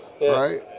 right